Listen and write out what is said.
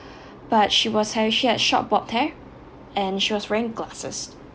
but she was her is she a short bob hair and she was wearing glasses